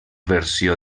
versió